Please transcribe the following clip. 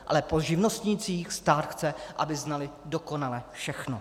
Ale po živnostnících stát chce, aby znali dokonale všechno.